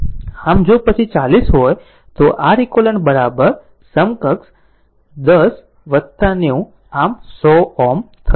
આમ જો પછી 40 હોય તો R eq સમકક્ષ 10 90 આમ 100 Ω હશે